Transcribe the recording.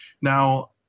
Now